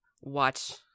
watch